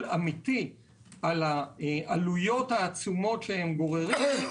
אמיתי על העלויות העצומות שהם גוררים,